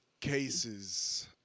cases